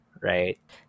right